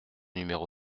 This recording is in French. numéro